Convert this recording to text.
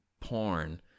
porn